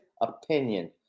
opinion